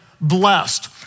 blessed